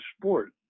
sport